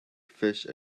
fish